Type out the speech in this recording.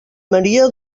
maria